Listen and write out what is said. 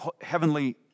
heavenly